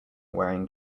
wearing